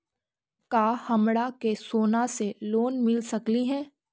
का हमरा के सोना से लोन मिल सकली हे?